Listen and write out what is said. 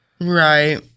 Right